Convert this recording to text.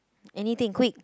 anything quick